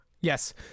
Yes